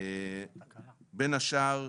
בין השאר,